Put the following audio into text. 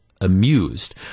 amused